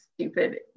stupid